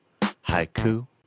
haiku